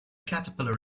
caterpillar